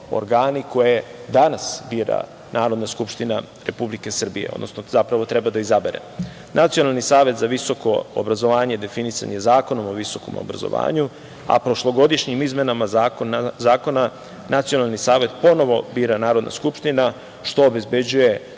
koje danas bira Narodna skupština Republike Srbije, odnosno, zapravo treba da izabere. Nacionalni savet za visoko obrazovanje definisan je Zakonom o visokom obrazovanju, a prošlogodišnjim izmenama zakona Nacionalni savet ponovo bira Narodna skupština, što obezbeđuje